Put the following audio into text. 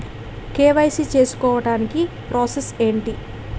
KYC చేసుకోవటానికి process ఏంటి?